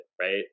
right